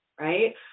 right